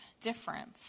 difference